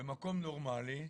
במקום נורמלי,